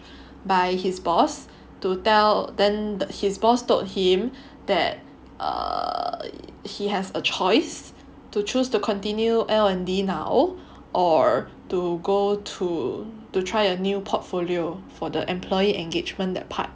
by his boss to tell then his boss told him that err he has a choice to choose to continue L and D now or to go to to try a new portfolio for the employee engagement that part